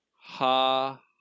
ha